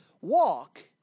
walk